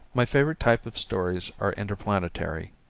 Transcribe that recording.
my favorite type of stories are interplanetary,